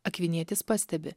akvinietis pastebi